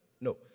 No